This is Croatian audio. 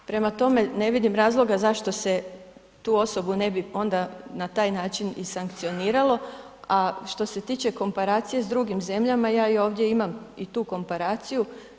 Prema tome, ne vidim razloga zašto se tu osobu ne bi onda na taj način i sankcioniralo, a što se tiče komparacije sa drugim zemljama, ja i ovdje imam i tu komparaciju.